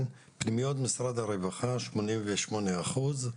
פנימיות משרד הרווחה - 88 אחוז,